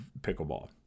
pickleball